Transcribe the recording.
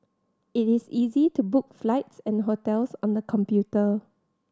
it is easy to book flights and hotels on the computer